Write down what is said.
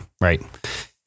right